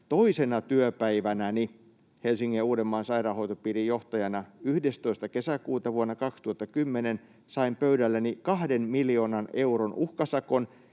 toisena työpäivänäni Helsingin ja Uudenmaan sairaanhoitopiirin johtajana, 11. kesäkuuta vuonna 2010, sain pöydälleni 2 miljoonan euron uhkasakon,